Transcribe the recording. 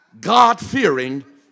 God-fearing